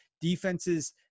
defenses